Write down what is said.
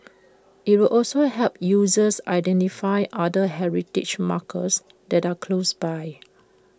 IT will also help users identify other heritage markers that are close by